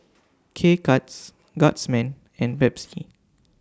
K Cuts Guardsman and Pepsi